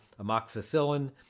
Amoxicillin